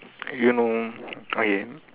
you know okay